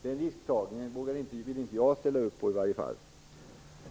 Den risktagningen vill i varje fall inte jag ställa upp på.